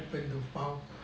happen to found